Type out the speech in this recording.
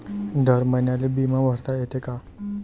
दर महिन्याले बिमा भरता येते का?